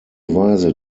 weise